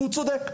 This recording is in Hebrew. והוא צודק.